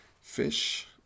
fish